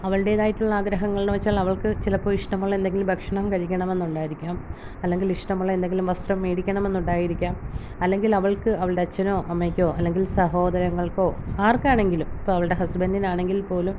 അവളുടേതായിട്ടുള്ള ആഗ്രഹങ്ങളെന്നുവെച്ചാൽ അവൾക്ക് ചിലപ്പോള് ഇഷ്ടമുള്ള എന്തെങ്കിലും ഭക്ഷണം കഴിക്കണമെന്നുണ്ടായിരിക്കാം അല്ലെങ്കിൽ ഇഷ്ടമുള്ള എന്തെങ്കിലും വസ്ത്രം മേടിക്കണമെന്നുണ്ടായിരിക്കാം അല്ലെങ്കിൽ അവൾക്ക് അവളുടെ അച്ഛനോ അമ്മയ്ക്കോ അല്ലെങ്കിൽ സഹോദരങ്ങൾക്കോ ആർക്കാണെങ്കിലും ഇപ്പോള് അവളുടെ ഹസ്ബെൻറ്റിനാണെങ്കിൽ പോലും